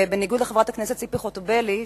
ובניגוד לחברת הכנסת ציפי חוטובלי,